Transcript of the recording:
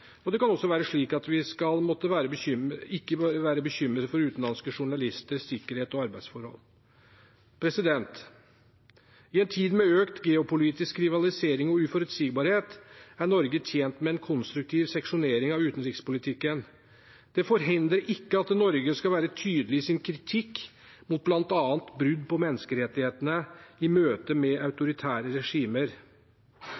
og det kan heller ikke være slik at vi skal måtte være bekymret for utenlandske journalisters sikkerhet og arbeidsforhold. I en tid med økt geopolitisk rivalisering og uforutsigbarhet er Norge tjent med en konstruktiv seksjonering av utenrikspolitikken. Det forhindrer ikke at Norge skal være tydelig i sin kritikk mot bl.a. brudd på menneskerettighetene i møte med